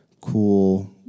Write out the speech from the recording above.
cool